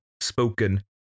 spoken